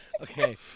Okay